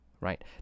right